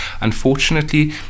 Unfortunately